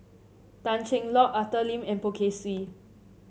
Tan Cheng Lock Arthur Lim and Poh Kay Swee